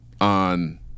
on